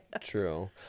True